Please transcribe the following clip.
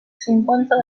cinquanta